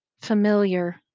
Familiar